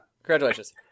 Congratulations